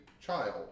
child